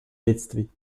бедствий